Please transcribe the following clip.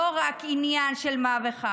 לא רק עניין של מה בכך.